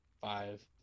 Five